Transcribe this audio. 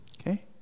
Okay